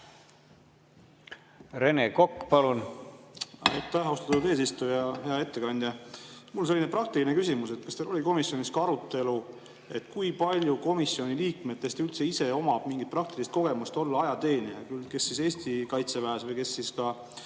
Rene Kokk, palun!